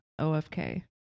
OFK